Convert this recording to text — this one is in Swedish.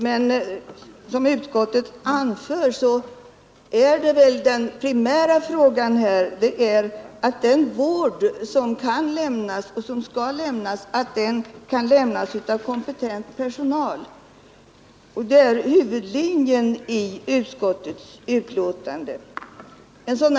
Men som utskottet anför är väl den primära frågan i detta sammanhang att det finns kompetent personal för den vård som kan och skall lämnas, och det är huvudlinjen i utskottets skrivning.